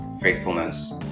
faithfulness